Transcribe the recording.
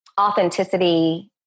authenticity